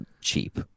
cheap